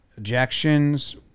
ejections